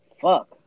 Fuck